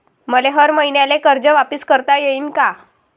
मले हर मईन्याले कर्ज वापिस करता येईन का?